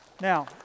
Now